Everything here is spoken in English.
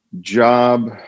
job